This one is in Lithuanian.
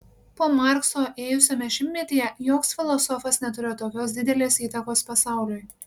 po markso ėjusiame šimtmetyje joks filosofas neturėjo tokios didelės įtakos pasauliui